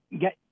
get